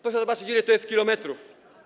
Proszę zobaczyć, ile to jest kilometrów.